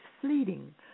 fleeting